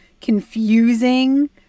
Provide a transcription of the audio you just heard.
confusing